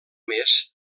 més